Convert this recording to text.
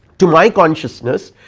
to my consciousness.